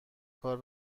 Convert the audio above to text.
کار